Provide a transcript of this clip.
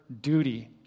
duty